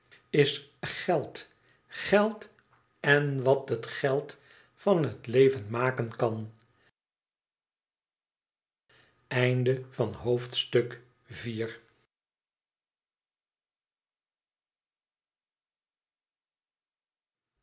is geld geld geld en wat het geld van het leven maken kan